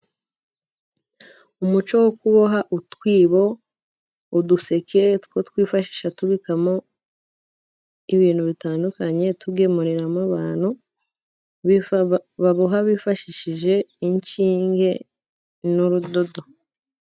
Umuco wo kuboha utwibo, uduseke two kwifashisha tubikamo ibintu bitandukanye, tugemuriramo abantu baboha bifashishije inshinge n'urudodo.